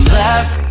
left